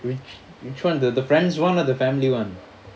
which one the the friends one or the family one